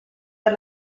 per